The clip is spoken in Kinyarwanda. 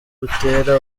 butera